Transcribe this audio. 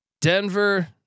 Denver